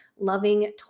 loving